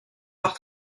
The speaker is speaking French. par